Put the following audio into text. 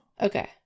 Okay